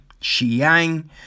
Xi'ang